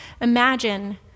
imagine